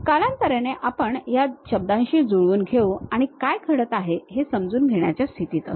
कालांतराने आपण या शब्दांशी जुळवून घेऊ आणि काय घडत आहे हे समजून घेण्याच्या स्थितीत असू